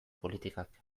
politikak